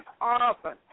often